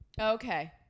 Okay